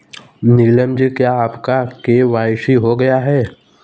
नीलम जी क्या आपका के.वाई.सी हो गया है?